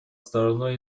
стороной